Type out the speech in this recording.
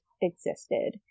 existed